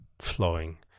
flowing